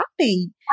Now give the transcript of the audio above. happy